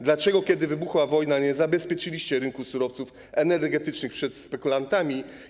Dlaczego, kiedy wybuchła wojna, nie zabezpieczyliście rynku surowców energetycznych przed spekulantami?